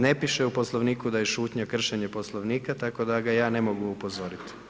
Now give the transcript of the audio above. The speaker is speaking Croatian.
Ne piše u Poslovniku da je šutnja kršenje Poslovnika tako da ga ja ne mogu upozoriti.